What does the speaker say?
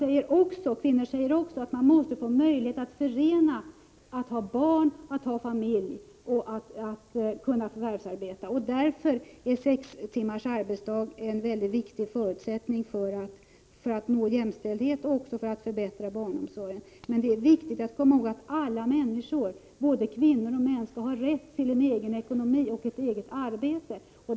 Men kvinnor säger också att man måste ha möjlighet att förena att ha barn och familj med att ha förvärvsarbete. Därför är sex timmars arbetsdag en mycket viktig förutsättning för att vi skall nå jämlikhet och också för att förbättra barnomsorgen. Men det är viktigt att då komma ihåg att alla människor, både kvinnor och män, skall ha rätt till en egen ekonomi och ett eget arbete.